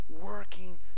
working